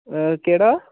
केह्ड़ा